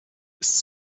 ist